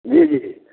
जी जी